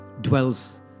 dwells